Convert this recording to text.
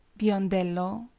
biondello.